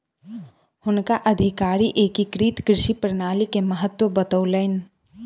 हुनका अधिकारी एकीकृत कृषि प्रणाली के महत्त्व बतौलैन